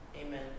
Amen